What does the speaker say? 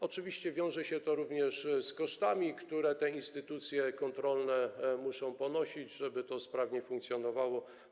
Oczywiście wiąże się to także z kosztami, które te instytucje kontrolne muszą ponosić, żeby to sprawnie funkcjonowało.